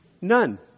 None